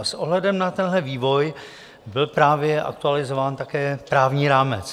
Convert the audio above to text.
S ohledem na tenhle vývoj byl právě aktualizován také právní rámec.